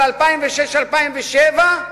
2006 2007,